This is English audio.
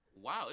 Wow